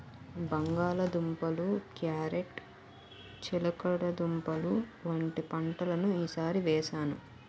బంగాళ దుంపలు, క్యారేట్ చిలకడదుంపలు వంటి పంటలను ఈ సారి వేసాను